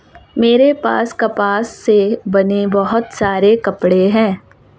मेरे पास कपास से बने बहुत सारे कपड़े हैं